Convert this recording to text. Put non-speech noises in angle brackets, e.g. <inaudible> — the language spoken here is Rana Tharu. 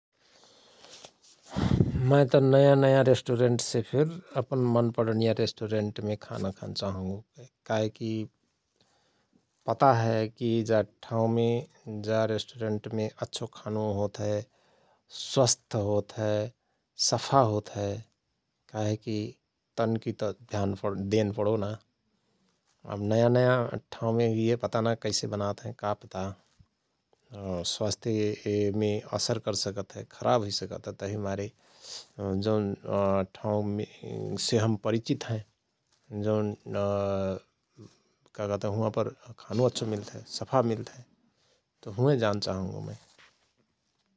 मय त नयाँ नयाँ रेष्टुरेन्ट से फिर अपन मन पणनिया रेष्टुरेन्टमे खाना खान चाहंगो । काहेकि पता हय कि जा ठाउँमे जा रेष्टुरेन्टमे अच्छो खानु होत हय स्वस्थ होत हय सफा होत हय । काहेकि तनकि त ध्यान पण देन पणो न अव नयाँ नयाँ ठाउँमे हुईहय पता नाय कैसे बनात हय का पता स्वास्थ्य यमे असर करसकतहय खराव हुईसकत हय तहिमारे जौन ठाउंमेसे हम परिचित हयँ जौन <hesitation> का कहत हुआंपर खानु अच्छो मिल्त हय सफा मिल्त हय तओ हुअएं जान चाहंगो मय ।